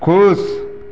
खुश